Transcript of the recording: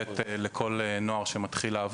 שעונה להגדרות החוק ויינתן לכל בן נוער שמתחיל לעבוד.